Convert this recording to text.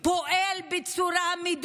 אני זוכרת את עצמי מ-2015 עולה על הדוכן הזה ומדברת